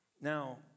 Now